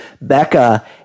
Becca